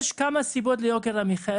יש כמה סיבות ליוקר המחיה,